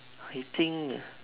I think uh